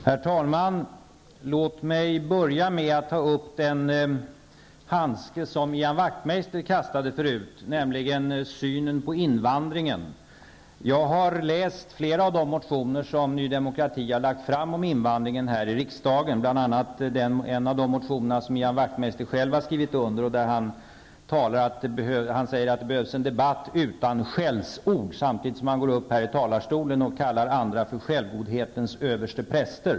Herr talman! Låt mig börja med att ta upp den handske som Ian Wachtmeister tidigare kastade, nämligen synen på invandringen. Jag har läst flera av de motioner som Ny Demokrati har väckt här i riksdagen om invandringen, bl.a. en av de motioner som Ian Wachtmeister själv har skrivit under där han säger att det behövs en debatt utan skällsord. Samtidigt går han upp här i talarstolen och kallar andra för självgodhetens överstepräster.